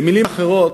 במילים אחרות,